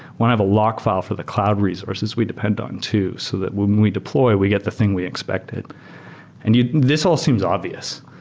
one, i have a lock file for the cloud resources we depend on too, so that when we deploy, we get the thing we expected and this all seems obvious.